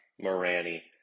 Morani